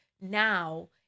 now